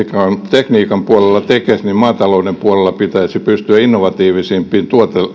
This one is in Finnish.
tekniikan puolella tekes maatalouden puolella pitäisi pystyä innovatiivisempiin